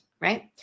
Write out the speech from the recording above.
right